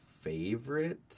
favorite